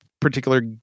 particular